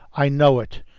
i know it.